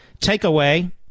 Takeaway